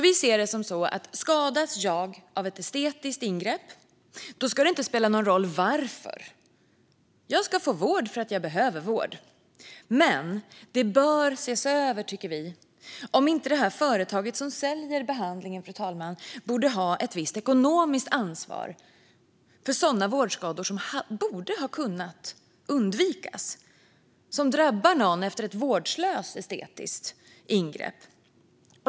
Vi ser det så här: Om jag skadas av ett estetiskt ingrepp ska det inte spela någon roll varför. Jag ska få vård för att jag behöver vård. Men det bör ses över om inte de företag som säljer behandlingar borde ha ett visst ekonomiskt ansvar för sådana vårdskador som borde ha kunnat undvikas och som drabbar någon efter ett vårdslöst estetiskt ingrepp.